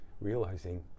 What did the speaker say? realizing